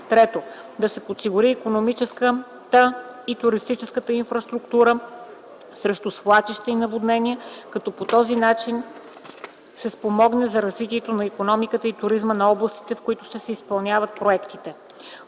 3. Да се подсигури икономическата и туристическата инфраструктура срещу свлачища и наводнения, като по този начин се спомогне за развитието на икономиката и туризма на областите, в които ще се изпълняват проектите.